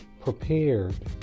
prepared